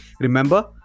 Remember